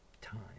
time